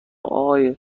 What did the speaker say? آقای